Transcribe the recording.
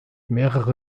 mehrere